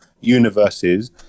universes